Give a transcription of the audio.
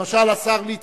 למשל, השר ליצמן.